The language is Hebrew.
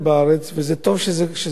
וטוב שזה קורה.